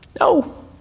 No